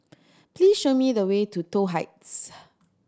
please show me the way to Toh Heights